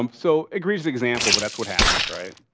um so egregious example, but that's what happens, right?